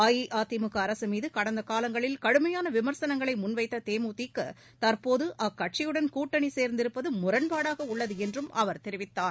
அஇஅதிமுக அரசுமீது கடந்த காலங்களில் கடுமையான விமர்சனங்களை முன்வைத்த தேமுதிக தற்போது அக்கட்சியுடன் கூட்டணி சேர்ந்திருப்பது முரண்பாடாக உள்ளது என்றும் அவர் தெரிவித்தார்